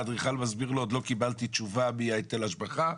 האדריכל מסביר לו: עוד לא קיבלתי תשובה מהיטל השבחה.